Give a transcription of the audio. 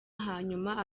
hanyuma